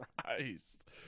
Christ